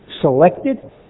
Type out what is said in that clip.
selected